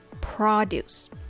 Produce